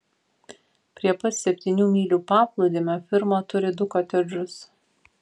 prie pat septynių mylių paplūdimio firma turi du kotedžus